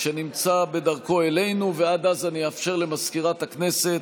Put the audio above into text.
ונכנסה לספר החוקים.